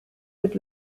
mit